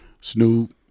Snoop